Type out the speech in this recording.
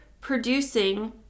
producing